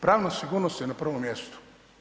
Pravna sigurnost je na prvom mjestu.